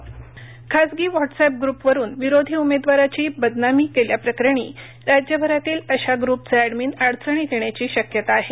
Whats app खासगी WhatsApp ग्रुपवरून विरोधी उमेदवाराची बदनामी केल्याप्रकरणी राज्यभरातील अशा ग्रुपचे ऍडमिन अडचणीत येण्याची शक्यता आहे